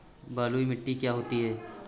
बलुइ मिट्टी क्या होती हैं?